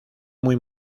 muy